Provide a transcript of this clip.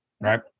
Right